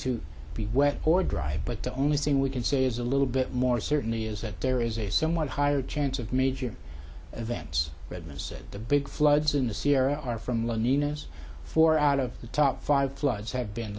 to be wet or dry but the only thing we can say is a little bit more certainly is that there is a somewhat higher chance of major events but most of the big floods in the sierra are from one inas four out of the top five floods have been